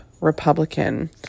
Republican